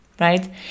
right